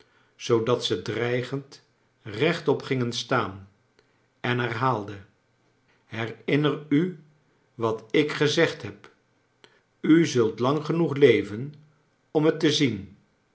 zoodat ze dreigend rechtop gingen staan en herhaalde herinner u wat ik gezegd heb u zult lang genoeg leven om het te zien